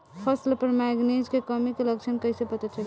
फसल पर मैगनीज के कमी के लक्षण कईसे पता चली?